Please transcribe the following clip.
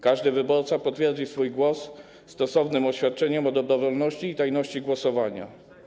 Każdy wyborca potwierdzi swój głos stosownym oświadczeniem o dobrowolności i tajności głosowania.